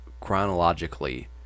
chronologically